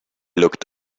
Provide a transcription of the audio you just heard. looked